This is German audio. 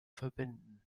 verbänden